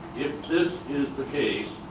if this is the case.